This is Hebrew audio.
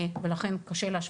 ולכן קשה להשוות.